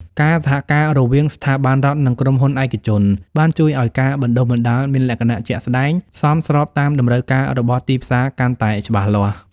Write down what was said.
ការសហការរវាងស្ថាប័នរដ្ឋ និងក្រុមហ៊ុនឯកជន បានជួយឱ្យការបណ្តុះបណ្តាលមានលក្ខណៈជាក់ស្តែង សមស្របតាមតម្រូវការរបស់ទីផ្សារកាន់តែច្បាស់លាស់។